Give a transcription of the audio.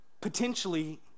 potentially